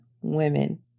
women